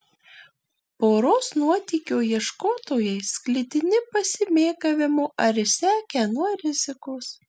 poros nuotykio ieškotojai sklidini pasimėgavimo ar išsekę nuo rizikos